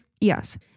Yes